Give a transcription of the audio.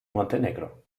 montenegro